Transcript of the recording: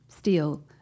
steel